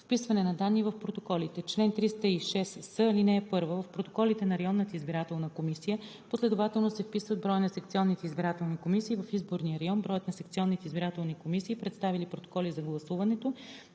Вписване на данни в протоколите Чл. 306с. (1) В протоколите на районната избирателна комисия последователно се вписват броят на секционните избирателни комисии в изборния район, броят на секционните избирателни комисии, представили протоколи за гласуването,